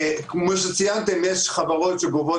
(ב)הודעה על מינוי החברה תפורסם